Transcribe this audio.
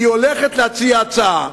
כי היא הולכת להציע הצעה.